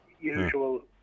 usual